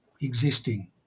existing